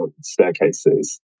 staircases